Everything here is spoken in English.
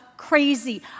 crazy